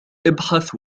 إبحث